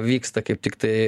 vyksta kaip tiktai